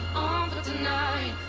tonight